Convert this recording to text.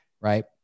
right